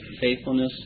faithfulness